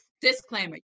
Disclaimer